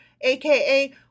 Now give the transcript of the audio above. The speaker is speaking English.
AKA